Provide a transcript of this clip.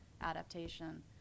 adaptation